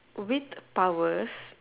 with powers